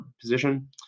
position